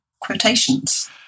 quotations